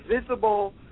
visible